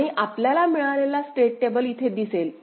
आणि आपल्याला मिळालेला स्टेट टेबल इथे दिसेल